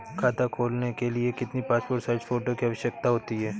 खाता खोलना के लिए कितनी पासपोर्ट साइज फोटो की आवश्यकता होती है?